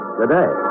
today